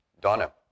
Donna